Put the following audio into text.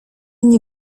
nie